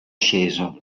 sceso